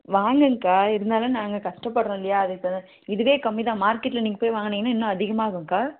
வாங்குங்கக்கா இருந்தாலும் நாங்கள் கஷ்டப்பட்றோம் இல்லையா அதுவும் இப்போதான் இதுவே கம்மிதான் மார்க்கெட்டில் நீங்கள் போய் வாங்குனீங்கன்னால் இன்னும் அதிகமாக ஆகும்க்கா